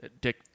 Dick